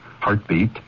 Heartbeat